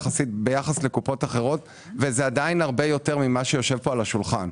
אני מחדש את הישיבה.